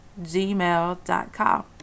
gmail.com